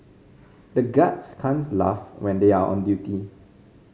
the guards can't laugh when they are on duty